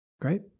Great